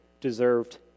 deserved